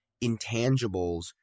intangibles